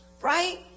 Right